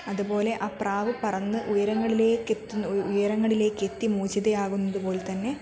അതുപോലെ ആ പ്രാവ് പറന്ന് ഉയരങ്ങളിലേക്കെത്തുന്നു ഉയരങ്ങളിലേക്ക് എത്തി മോചിതയാവുന്നതു പോലെതന്നെ